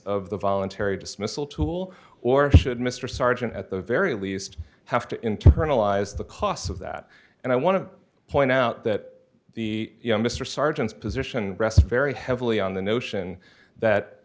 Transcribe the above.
of the voluntary dismissal tool or should mr sergeant at the very least have to internalize the costs of that and i want to point out that the you know mr sargent's position rests very heavily on the notion that